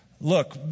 look